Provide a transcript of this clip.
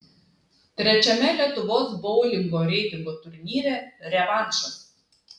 trečiame lietuvos boulingo reitingo turnyre revanšas